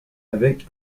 avec